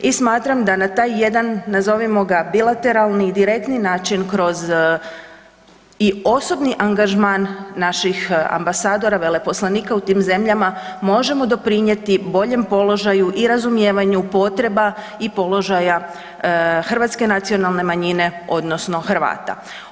I smatram da na taj jedan nazovimo ga bilateralan i direktni način kroz i osobni angažman naših ambasadora, veleposlanika u tim zemljama možemo doprinijeti boljem položaju i razumijevanju potreba i položaja hrvatske nacionalne manjine odnosno Hrvata.